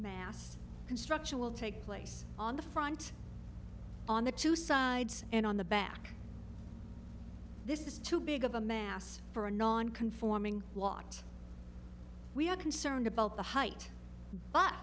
mass construction will take place on the front on the two sides and on the back this is too big of a mass for a non conforming lot we are concerned about the height but